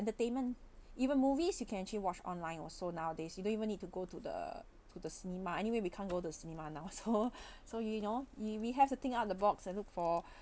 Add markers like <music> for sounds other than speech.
entertainment even movies you can actually watch online also nowadays you don't even need to go to the to the cinema anyway we can't go to cinema now so <laughs> so you know you we have to think out the box and look for